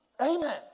Amen